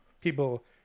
people